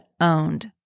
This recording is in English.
Owned